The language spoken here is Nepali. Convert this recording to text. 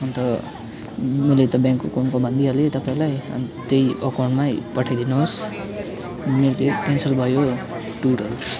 अन्त मैले त ब्याङ्कको अकाउन्टको भनिदिइहालेँ तपाईँलाई अन्त त्यही अकाउन्टमै पठाइदिनुहोस् मेरो त्यो क्यान्सल भयो टुरहरू